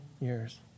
years